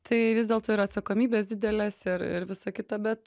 tai vis dėlto yra atsakomybės didelės ir ir visa kita bet